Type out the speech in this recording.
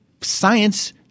science